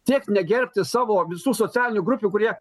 tiek negerbti savo visų socialinių grupių kurie